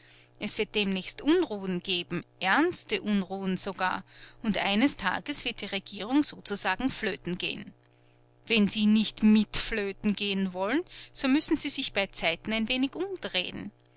es wird demnächst unruhen geben ernste unruhen sogar und eines tages wird die regierung sozusagen flötengehen wenn sie nicht mit flötengehen wollen so müssen sie sich beizeiten ein wenig umdrehen